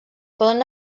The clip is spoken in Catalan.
poden